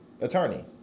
attorney